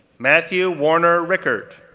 matthew werner rickert,